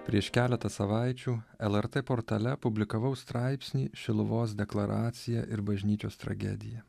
prieš keletą savaičių lrt portale publikavau straipsnį šiluvos deklaracija ir bažnyčios tragedija